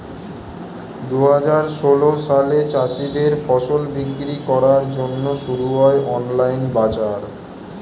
দুহাজার ষোল সালে চাষীদের ফসল বিক্রি করার জন্যে শুরু হয় অনলাইন বাজার